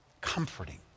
comforting